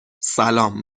سلام